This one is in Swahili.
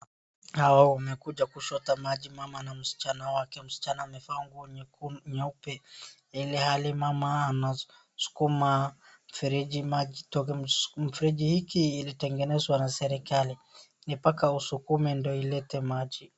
Hawa wamekuja kuchota maji, mama na msichana wake. Msichana amevaa nguo nyeku nyeupe. Ile hali mama anasukuma mfereji maji itoke. Mfereji hiki ilitengenezwa na serikali ni mpaka usukume ndio ilete maji.